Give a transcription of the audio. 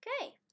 Okay